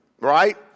right